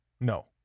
No